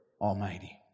Almighty